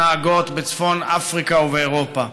נהגות בצפון אפריקה ובאירופה.